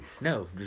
No